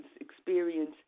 experience